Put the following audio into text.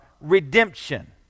redemption